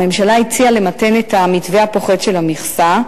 הממשלה הציעה למתן את המתווה הפוחת של המכסה,